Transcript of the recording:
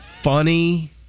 funny